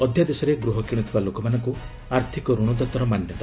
ଅଧ୍ୟାଦେଶରେ ଗୃହ କିଣୁଥିବା ଲୋକମାନଙ୍କୁ ଆର୍ଥକ ଋଣଦାତାର ମାନ୍ୟତା